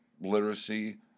literacy